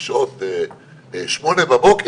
זאת אומרת,